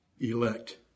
Elect